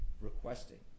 requesting